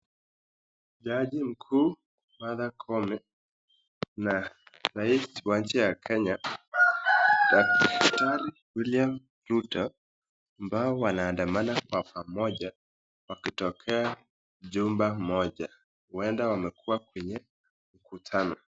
Jaji mkuu, Martha Koome na rais wa nchi ya Kenya daktari William Ruto ambao wanaandamana kwa pamoja wakitokea jumba moja huenda wamekuwa kwenye mkutano.